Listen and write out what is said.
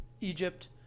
Egypt